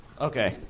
Okay